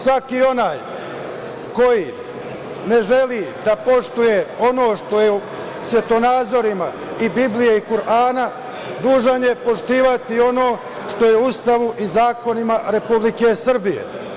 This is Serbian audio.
Svaki onaj koji ne želi da poštuje ono što je o svetonazorima i Biblije i Kurana dužan je poštovati ono što je Ustavom i zakonima Republike Srbije.